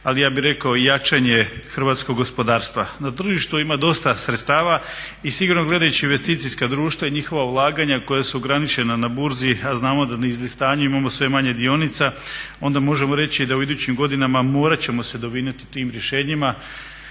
ali ja bih rekao i jačanje hrvatskog gospodarstva. Na tržištu ima dosta sredstava i sigurno gledajući investicijska društva i njihova ulaganja koja su ograničena na burzi, a znamo da na izlistanju imamo sve manje dionica, onda možemo reći da u idućim godinama morat ćemo se dovinuti tim rješenjima.